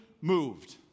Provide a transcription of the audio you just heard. moved